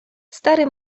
stary